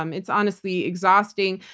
um it's honestly exhausting.